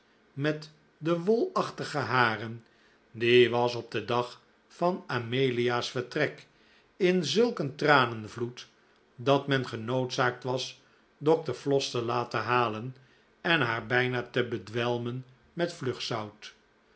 met de wolachtige haren die was op den dag van amelia's vertrek in zulk een tranenvloed dat men genoodzaakt was dokter floss te laten halen en haar bijna te bedwelmen met